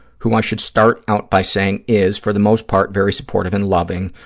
who i should start out by saying is, for the most part, very supportive and loving,